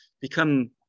become